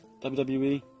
WWE